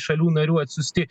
šalių narių atsiųsti